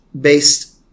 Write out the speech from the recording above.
based